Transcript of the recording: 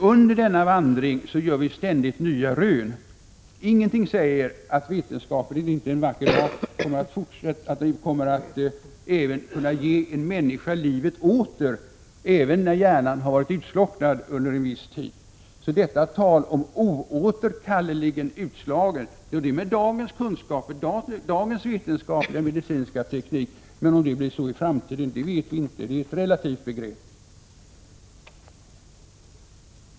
Under denna vandring gör de ständigt nya rön. Ingenting säger att vetenskapen inte en vacker dag också skall kunna ge en människa livet åter även när hjärnan varit utslocknad under en viss tid. ”Oåterkalleligt utslagen” är ett begrepp enligt dagens vetenskap och medicinska teknik. Om det blir så i framtiden vet vi inte, det är ett relativt begrepp.